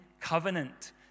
covenant